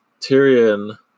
Tyrion